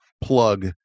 plug